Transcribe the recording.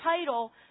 title